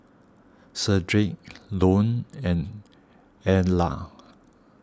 Shedrick Lone and Edla